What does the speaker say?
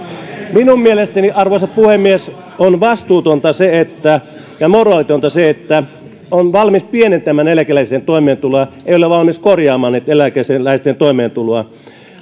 minun mielestäni arvoisa puhemies on vastuutonta ja moraalitonta se että on valmis pienentämään eläkeläisten toimeentuloa ei ole valmis korjaamaan eläkeläisten toimeentuloa